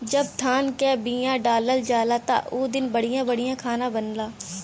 जब धान क बिया डालल जाला त उ दिन बढ़िया बढ़िया खाना बनला